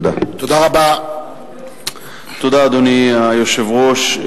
אדוני היושב-ראש,